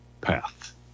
path